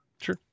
Sure